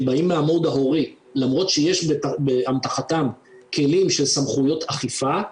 הם באים מעמדת ההורי למרות שיש באמתחתם כלים של סמכויות אכיפה,